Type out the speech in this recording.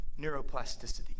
Neuroplasticity